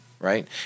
right